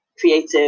creative